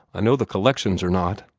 i know the collections are not.